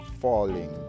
falling